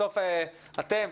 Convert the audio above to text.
בסוף אתם,